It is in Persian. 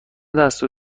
دستور